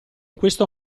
questo